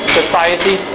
society